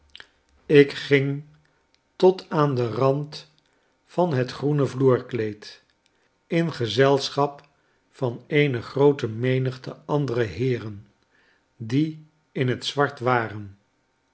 ik ging tot aan den rand van het groene vloerkleed in gezelscbap van eene groote menigte andere heeren die in het zwart waren